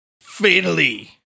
Fatally